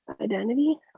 identity